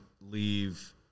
leave